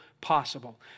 possible